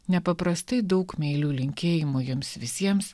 nepaprastai daug meilių linkėjimų jums visiems